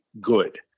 good